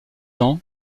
ans